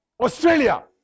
Australia